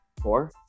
Four